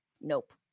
Nope